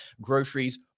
groceries